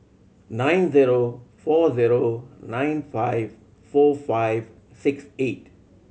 nine zero four zero nine five four five six eight